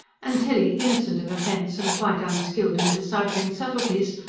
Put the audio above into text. and tilly, innocent of offence and quite unskilled in deciphering subtleties,